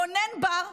רונן בר,